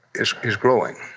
is is growing,